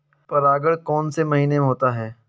परागण कौन से महीने में होता है?